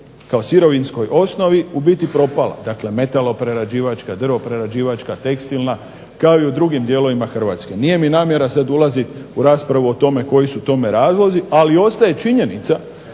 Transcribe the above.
kao sirovinskoj osnovi u biti propala. Dakle, metaloprerađivačka, drvoprerađivačka, tekstilna kao i u drugim dijelovima Hrvatske. Nije mi namjera sad ulazit u raspravu o tome koji su tome razlozi. Ali ostaje činjenica